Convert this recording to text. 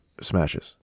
smashes